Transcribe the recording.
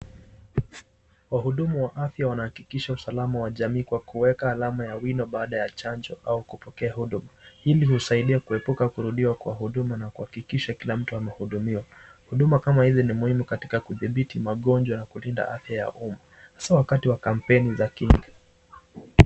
Wahudumu wa afya wanahakikisha usalama wa jamii kwa kuweka alama wa wino baada ya chanjo au kupokea huduma. Hili husaidia kuepuka kurudiwa kwa huduma na kuhakikisha kila mtu anahudumiwa. Huduma kama hizi ni muhimu katika kudhibiti magonjwa na kulinda afya ya umma hasa wakati wa kampeni za kinga.